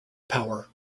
power